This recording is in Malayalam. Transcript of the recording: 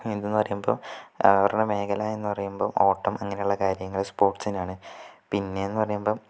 പറയുമ്പോൾ അവരുടെ മേഖല എന്ന് പറയുമ്പോൾ ഓട്ടം അങ്ങനെ ഉള്ള കാര്യങ്ങള് സ്പോർട്സിനാണ് പിന്നെന്നു പറയുമ്പം